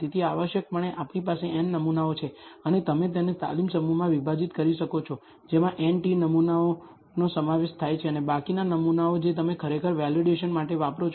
તેથી આવશ્યકપણે આપણી પાસે n નમૂનાઓ છે અને તમે તેને તાલીમ સમૂહમાં વિભાજિત કરી શકો છો જેમાં n t નમૂનાઓનો સમાવેશ થાય છે અને બાકીના નમૂનાઓ જે તમે ખરેખર વેલિડેશન માટે વાપરો છો